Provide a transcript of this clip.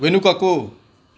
వెనుకకు